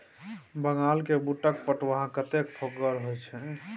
बंगालक बूटक फुटहा कतेक फोकगर होए छै